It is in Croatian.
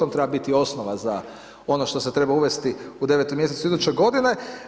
On treba biti osnova za ono što se treba uvesti u 9. mjesecu iduće godine.